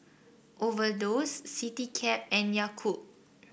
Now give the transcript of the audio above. Overdose Citycab and Yakult